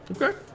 Okay